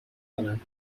کنم